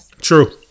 True